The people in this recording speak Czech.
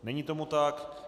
Není tomu tak.